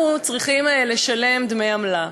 אנחנו צריכים לשלם דמי עמלה.